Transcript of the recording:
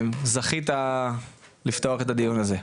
זכית לפתוח את הדיון הזה.